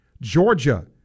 Georgia